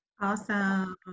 Awesome